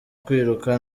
kwiruka